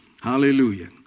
Hallelujah